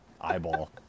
eyeball